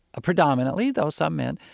predominantly, though some men,